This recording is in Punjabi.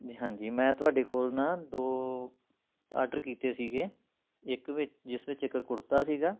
ਜੀ ਹਾਂਜੀ ਮੈਂ ਤੁਹਾਡੇ ਕੋਲ ਨਾ ਦੋ ਆਡਰ ਕੀਤੇ ਸੀਗੇ ਇੱਕ ਵਿ ਜਿਸ ਵਿੱਚ ਇੱਕ ਕੁੜਤਾ ਸੀਗਾ